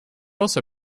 also